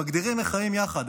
שמגדירים איך חיים יחד.